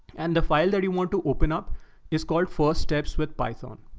and the file that you want to open up is called first steps with python.